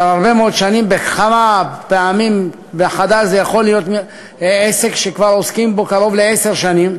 זה יכול להיות עסק שכבר עוסקים בו קרוב לעשר שנים.